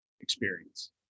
experience